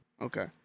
Okay